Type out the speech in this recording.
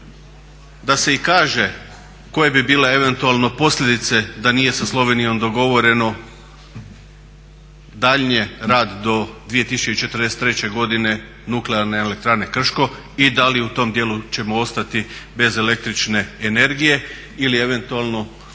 da se i kaže koje bi bile eventualno posljedice da nije sa Slovenijom dogovoreno daljnji rad do 2043. godine NE Krško i da li u tom dijelu ćemo ostati bez električne energije ili eventualno